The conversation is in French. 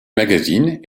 magazine